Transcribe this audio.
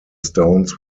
stones